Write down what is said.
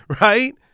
Right